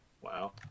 Wow